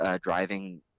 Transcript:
driving